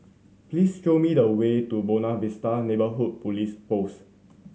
please show me the way to Buona Vista Neighbourhood Police Post